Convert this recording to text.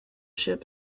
ship